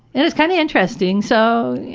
it was kind of interesting. so yeah.